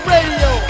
Radio